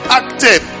active